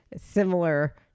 similar